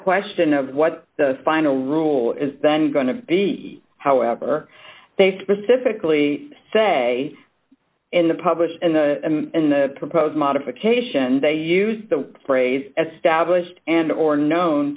question of what the final rule is then going to be however they specifically say in the published in the in the proposed modification they use the phrase as stablished and or known